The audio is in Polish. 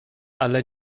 ale